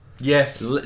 Yes